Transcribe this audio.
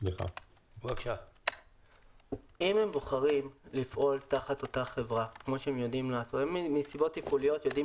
אם הם בוחרים לפעול תחת אותה חברה מסיבות תפעוליות הם יודעים